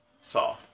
Saw